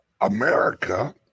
America